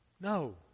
No